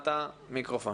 מנהלת המינהל הפדגוגי,